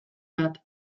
bat